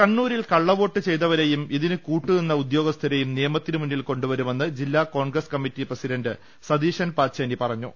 കണ്ണൂരിൽ കള്ളവോട്ട് ചെയ്തവരെയും ഇതിന് കൂട്ടുനിന്ന ഉദ്യോഗസ്ഥരെയും നിയമത്തിന് മുന്നിൽ കൊണ്ടുവരുമെന്ന് ജില്ലാ കോൺഗ്രസ് കമ്മറ്റി പ്രസിഡണ്ട് സതീശൻ പാച്ചേനി പറഞ്ഞു